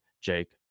Jake